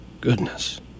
Goodness